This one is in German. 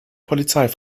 polizei